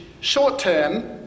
short-term